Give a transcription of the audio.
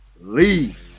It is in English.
leave